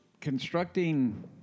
Constructing